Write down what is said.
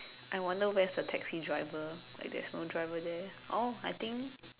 I wonder where's the taxi driver like there's no driver there oh I think